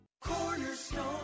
Cornerstone